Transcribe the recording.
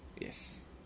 yes